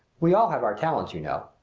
we all have our talents, you know.